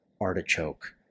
artichoke